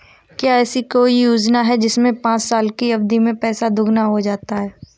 क्या ऐसी कोई योजना है जिसमें पाँच साल की अवधि में पैसा दोगुना हो जाता है?